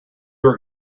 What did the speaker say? were